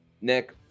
nick